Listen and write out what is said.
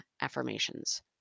affirmations